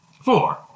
Four